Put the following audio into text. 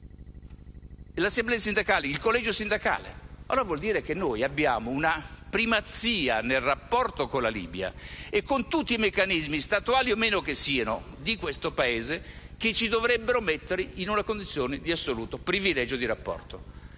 con il proprio voto il collegio sindacale. Ciò vuol dire che noi abbiamo una primazia nel rapporto con la Libia e tutti i meccanismi, statuali o no che siano di questo Paese, dovrebbero metterci in una condizione di assoluto privilegio di rapporto.